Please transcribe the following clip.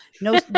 No